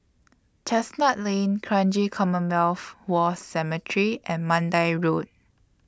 Chestnut Lane Kranji Commonwealth War Cemetery and Mandai Road